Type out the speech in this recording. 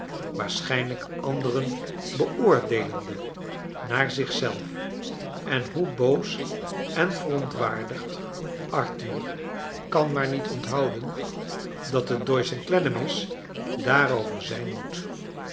waarschijnlijk anderea beoordeeiende naar zich zelf en hoe boos en verontwaardigd arthur kan maar niet onthouden dat liet doyce en clennam is daarover zijn moet